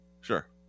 Sure